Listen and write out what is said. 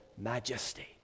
majesty